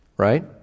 Right